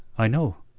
i know,